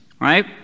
right